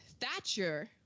Thatcher